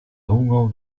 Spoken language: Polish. długą